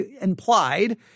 implied